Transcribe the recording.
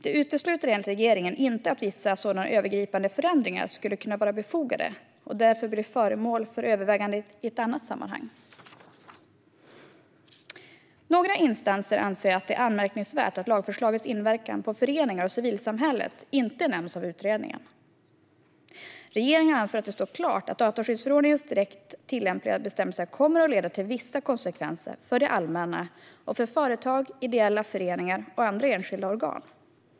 Det utesluter enligt regeringen inte att vissa sådana övergripande förändringar skulle kunna vara befogade och därför bli föremål för övervägande i ett annat sammanhang. Några instanser anser att det är anmärkningsvärt att lagförslagens inverkan på föreningar och civilsamhället inte nämns av utredningen. Regeringen anför att det står klart att dataskyddsförordningens direkt tillämpliga bestämmelser kommer att leda till vissa konsekvenser för det allmänna och för företag, ideella föreningar och andra enskilda organ.